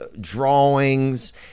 drawings